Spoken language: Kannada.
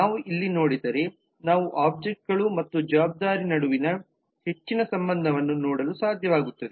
ನಾವು ಇಲ್ಲಿ ನೋಡಿದರೆ ನಾವು ಒಬ್ಜೆಕ್ಟ್ ಗಳು ಮತ್ತು ಜವಾಬ್ದಾರಿ ನಡುವಿನ ಹೆಚ್ಚಿನ ಸಂಬಂಧವನ್ನು ನೋಡಲು ಸಾಧ್ಯವಾಗುತ್ತದೆ